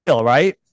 right